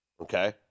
okay